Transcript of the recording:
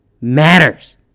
matters